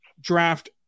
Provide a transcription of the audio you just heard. draft